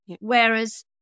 Whereas